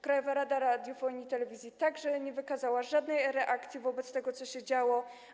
Krajowa Rada Radiofonii i Telewizji także nie wykazała żadnej reakcji wobec tego, co się działo.